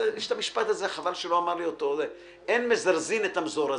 שאין מזרזים את המזורזים.